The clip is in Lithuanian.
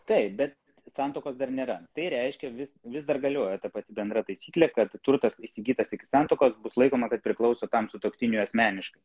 taip bet santuokos dar nėra tai reiškia vis vis dar galioja ta pati bendra taisyklė kad turtas įsigytas iki santuokos bus laikoma kad priklauso tam sutuoktiniui asmeniškai